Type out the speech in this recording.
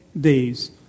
days